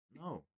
No